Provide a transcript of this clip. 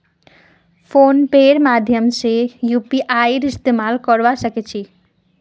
phone पेर माध्यम से यूपीआईर इस्तेमाल करवा सक छी